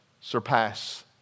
surpass